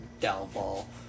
downfall